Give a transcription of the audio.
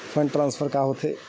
Fund transfer का होथे?